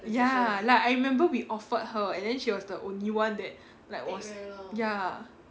ya like I remember we offered her and then she was the only one that like was ya